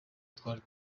twari